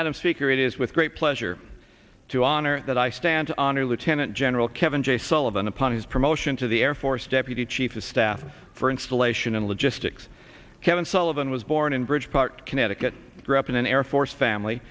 madam speaker it is with great pleasure to honor that i stand on her lieutenant general kevin j sullivan upon his promotion to the air force deputy chief of staff for installation and logistics kevin sullivan was born in bridgeport connecticut grew up in an air force family